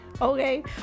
okay